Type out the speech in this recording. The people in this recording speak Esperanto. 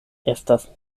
estas